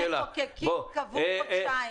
המחוקקים קבעו חודשיים.